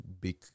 big